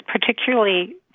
particularly